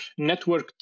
networked